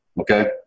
okay